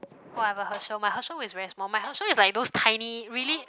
whatever Herschel my Herschel is very small my Herschel is like those tiny really